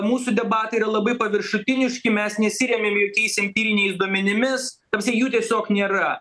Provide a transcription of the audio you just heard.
mūsų debatai yra labai paviršutiniški mes nesiremiam jokiais empiriniais duomenimis ta prasme jų tiesiog nėra